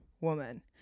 woman